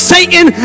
Satan